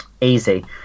Easy